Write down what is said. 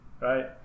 right